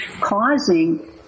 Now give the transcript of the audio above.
causing